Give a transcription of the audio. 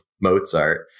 Mozart